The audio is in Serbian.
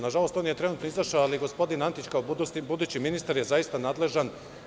Nažalost, on je trenutno izašao, ali gospodin Antić kao budući ministar je zaista nadležan.